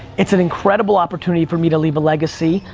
it's an incredible opportunity for me to leave a legacy,